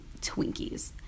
Twinkies